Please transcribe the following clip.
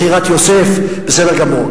מכירת יוסף, בסדר גמור.